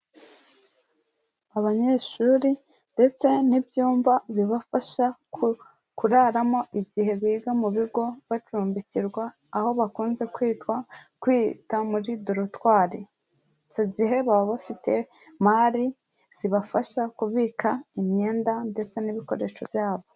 Abanyeshuri ndetse n'ibyumba bibafasha kuraramo igihe biga mu bigo bacumbikirwa aho bakunze kwitwa kwita muri dorotwari icyo gihe baba bafite mali zibafasha kubika imyenda ndetse n'ibikoresho byabo